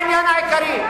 זה לא העניין העיקרי,